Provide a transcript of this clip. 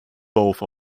both